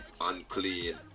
unclean